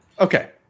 Okay